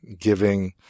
giving